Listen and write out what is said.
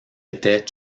était